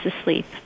asleep